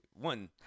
one